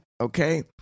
okay